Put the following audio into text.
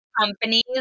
companies